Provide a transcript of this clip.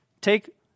Take